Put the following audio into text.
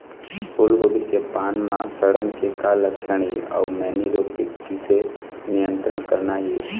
फूलगोभी के पान म सड़न के का लक्षण ये अऊ मैनी रोग के किसे नियंत्रण करना ये?